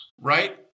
Right